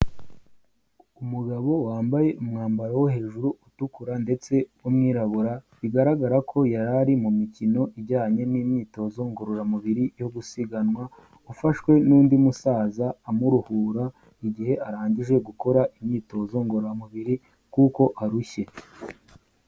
Umugabo wambaye umwambaro wo hejuru utukura ndetse w'umwirabura bigaragara ko yari ari mu mikino ijyanye n'imyitozo ngororamubiri yo gusiganwa, ufashwe n'undi musaza amuruhura igihe arangije gukora imyitozo ngororamubiri kuko arushye.